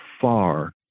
far